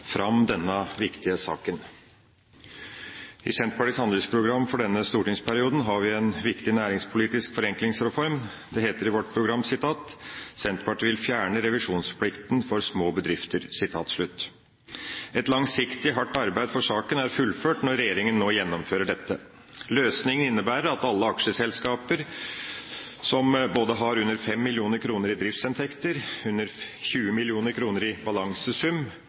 fram denne viktige saken. I Senterpartiets handlingsprogram for denne stortingsperioden har vi en viktig næringspolitisk forenklingsreform. Det heter i vårt program: «Senterpartiet vil fjerne revisjonsplikten for små bedrifter.» Et langsiktig, hardt arbeid for saken er fullført når regjeringa nå gjennomfører dette. Løsningen innebærer at alle aksjeselskaper som både har under 5 mill. kr i driftsinntekter, under 20 mill. kr i balansesum,